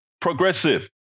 progressive